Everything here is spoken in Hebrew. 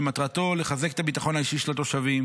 שמטרתו לחזק את הביטחון האישי של התושבים